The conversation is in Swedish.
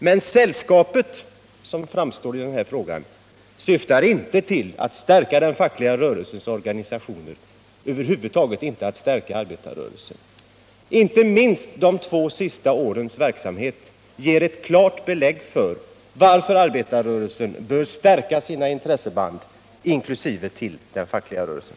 Men sällskapet vill inte stärka den fackliga rörelsens organisationer och över huvud taget inte stärka arbetarrörelsen. Inte minst de två senaste årens Nr 43 verksamhet ger ett klart belägg för varför arbetarrörelsen behöver stärka sina Onsdagen den intresseband — och då även till den fackliga rörelsen.